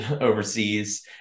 overseas